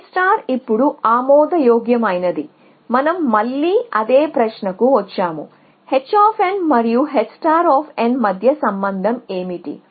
A ఇప్పుడు ఆమోదయోగ్యమైనది మనం మళ్ళీ అదే ప్రశ్నకు వచ్చాము h మరియు h మధ్య సంబంధం ఏమిటి